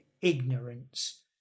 ignorance